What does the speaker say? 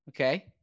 Okay